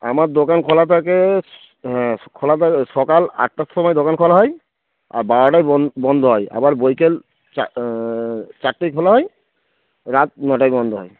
আমার দোকান খোলা থাকে হ্যাঁ খোলা থাকে সকাল আটটার সময় দোকান খোলা হয় আর বারোটায় ব বন্ধ হয় আবার বৈকাল চারটায় খোলা হয় রাত নটায় বন্ধ হয়